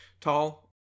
tall